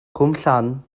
cwmllan